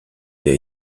der